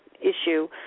issue